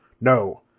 no